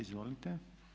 Izvolite.